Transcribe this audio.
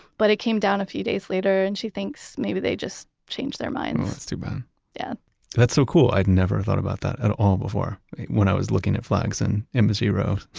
but it came down a few days later and she thinks maybe they just changed their minds oh, that's too bad yeah that's so cool. i'd never thought about that at all before when i was looking at flags in embassy row.